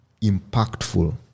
impactful